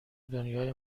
دنیای